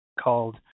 called